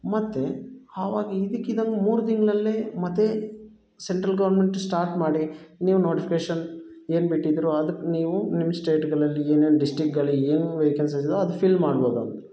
ಮತ್ತೆ ಆವಾಗ್ ಇದಕಿದಂಗೆ ಮೂರು ತಿಂಗ್ಳಲ್ಲೇ ಮತ್ತೆ ಸೆಂಟ್ರಲ್ ಗೋರ್ಮೆಂಟ್ ಸ್ಟಾರ್ಟ್ ಮಾಡಿ ನ್ಯೂ ನೋಟಿಫಿಕೇಶನ್ ಏನು ಬಿಟ್ಟಿದ್ದರು ಅದಕ್ ನೀವು ನ್ಯೂ ಸ್ಟೇಟ್ಗಳಲ್ಲಿ ಏನೇನು ಡಿಸ್ಟಿಕ್ಗಳು ಏನು ವೇಕೆನ್ಸೀಸ್ ಅದು ಫಿಲ್ ಮಾಡ್ಬೋದು